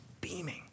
beaming